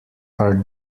are